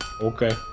okay